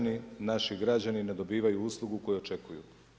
Naši građani ne dobivaju uslugu koju očekuju.